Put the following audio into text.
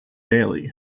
daley